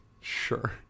Sure